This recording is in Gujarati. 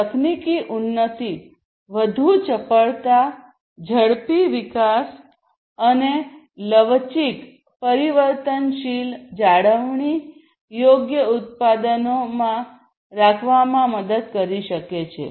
તકનીકી ઉન્નતિ વધુ ચપળતા ઝડપી વિકાસ અને લવચીક પરિવર્તનશીલ જાળવણી યોગ્ય ઉત્પાદનો રાખવામાં મદદ કરી શકે છે